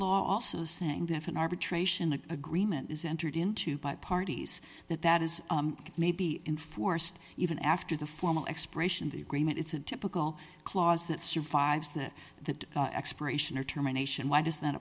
law also saying that if an arbitration agreement is entered into by parties that that is may be enforced even after the formal expiration the agreement it's a typical clause that survives that that expiration or termination why does that